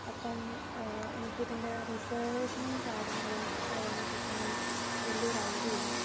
അപ്പം എനിക്ക് അതിൻ്റെ റിസർവേഷനും കാര്യങ്ങളും അതിനെ കുറിച്ചൊന്നും വലിയ ഒരു ഐഡിയ ഇല്ല